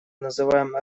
называем